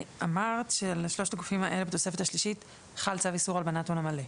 אמרת שלשלושת הגופים האלה בתוספת השלישית חל צו איסור הלבנת הון מלא.